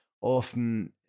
often